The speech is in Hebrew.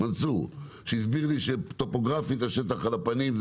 שהסביר לי שטופוגרפית השטח על הפנים,